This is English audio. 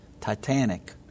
Titanic